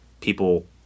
people